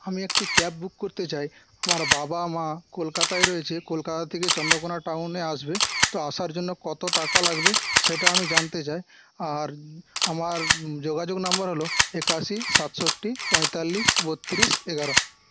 আমি একটি cab book করতে চাই আমার বাবা মা কলকাতায় রয়েছে কলকাতা থেকে চন্দ্রকোনা টাউনে আসবে তো আসার জন্য কত টাকা লাগবে সেটা আমি জানতে চাই আর আমার যোগাযোগ নম্বর হল একাশি সাতষট্টি পঁয়তাল্লিশ বত্তিরিশ এগারো